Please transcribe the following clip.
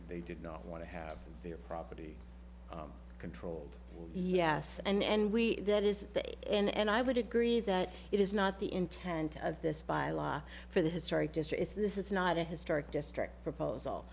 they did not want to have their property controlled yes and we that is that and i would agree that it is not the intent of this by law for the historic districts this is not a historic district proposal